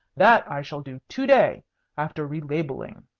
that i shall do to-day, after relabelling.